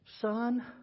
Son